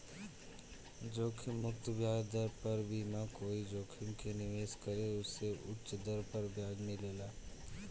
जोखिम मुक्त ब्याज दर पर बिना कोई जोखिम के निवेश करे से उच दर पर ब्याज मिलेला